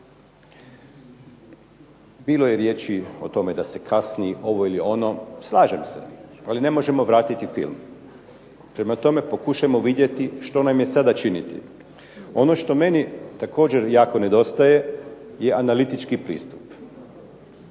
Bilo je riječi da se kasni, ovo ili ono. Slažem se, ali ne možemo vratiti film. Prema tome, pokušajmo vidjeti što nam je sada činiti. Ono što meni također jako nedostaje je analitički pristup.